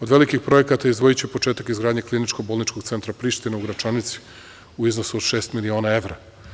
Od velikih projekata izdvojiću početak izgradnje Kliničko bolničkog centra Priština u Gračanici u iznosu od šest miliona evra.